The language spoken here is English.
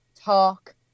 talk